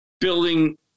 building